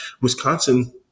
Wisconsin